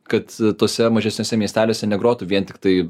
kad tuose mažesniuose miesteliuose negrotų vien tiktai